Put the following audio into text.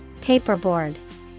Paperboard